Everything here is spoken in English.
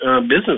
business